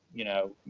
you know,